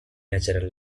natural